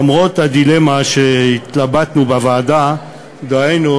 למרות הדילמה שהתלבטנו בה בוועדה, דהיינו